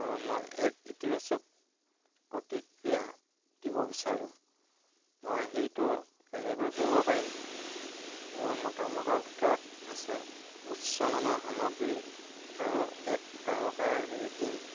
আৰু মই এক ইতিবাচক প্ৰতিক্ৰিয়া দিব বিচাৰো মই সেইটো কেনেকৈ কৰিব পাৰিম মোৰ মতামতৰ ভিতৰত আছে উচ্চ মানৰ সামগ্ৰী আৰু এক তাৰকাৰ ৰেটিং